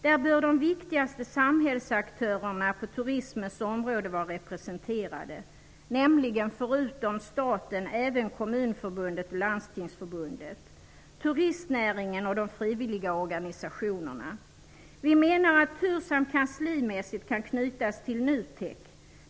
Där bör de viktigaste samhällsaktörerna på turismens område vara representerade, nämligen förutom staten även Vi menar att TURSAM kanslimässigt kan knytas till NUTEK.